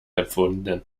empfunden